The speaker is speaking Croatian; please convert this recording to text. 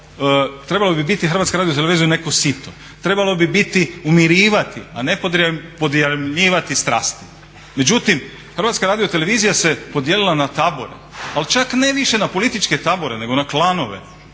trebala bi biti HRT neko sito, trebalo bi biti umirivati a ne podjarmljivati strasti. Međutim, HRT se podijelila na tabore, ali čak ne više na političke tabore nego na klanove,